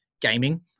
gaming